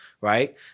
right